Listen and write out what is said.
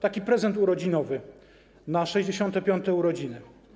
Taki prezent urodzinowy na 65. urodziny.